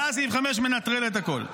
אבל אז סעיף 5 מנטרל את הכול.